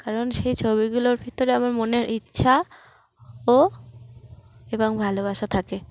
কারণ সেই ছবিগুলোর ভিতরে আমার মনের ইচ্ছা ও এবং ভালোবাসা থাকে